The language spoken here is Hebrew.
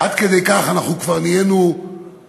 עד כדי כך אנחנו כבר נהיינו חשדנים,